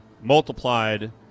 multiplied